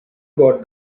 got